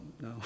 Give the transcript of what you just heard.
no